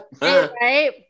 Right